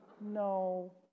no